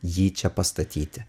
jį čia pastatyti